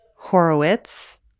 Horowitz